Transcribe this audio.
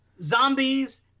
zombies